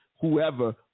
whoever